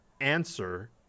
answer